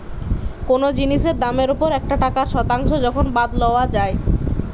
কোনো জিনিসের দামের ওপর একটা টাকার শতাংশ যখন বাদ লওয়া যাই